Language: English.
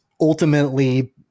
ultimately